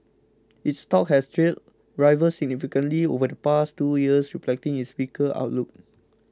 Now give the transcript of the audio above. its stock has trailed rivals significantly over the past two years reflecting its weaker outlook